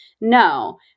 No